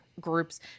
groups